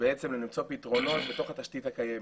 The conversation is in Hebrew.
בעצם למצוא פתרונות בתוך התשתית הקיימת,